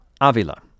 Avila